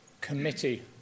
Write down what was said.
committee